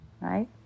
right